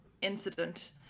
incident